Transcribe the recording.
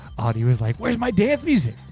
audrea was like, where is my dance music.